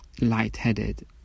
lightheaded